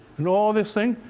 in all this thing,